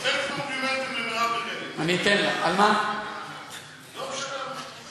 תנהלו דיון על חשבון הזמן שלי.